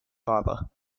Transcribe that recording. father